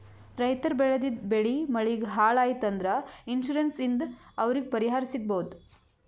ರೈತರ್ ಬೆಳೆದಿದ್ದ್ ಬೆಳಿ ಮಳಿಗ್ ಹಾಳ್ ಆಯ್ತ್ ಅಂದ್ರ ಇನ್ಶೂರೆನ್ಸ್ ಇಂದ್ ಅವ್ರಿಗ್ ಪರಿಹಾರ್ ಸಿಗ್ಬಹುದ್